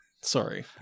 sorry